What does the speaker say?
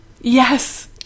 yes